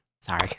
sorry